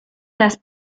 las